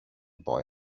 boy